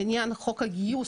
לעניין חוק הגיוס,